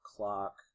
Clock